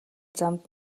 замд